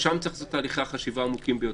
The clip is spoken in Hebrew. שם צריך לעשות את תהליכי החשיבה העמוקים ביותר,